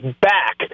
back